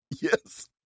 yes